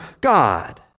God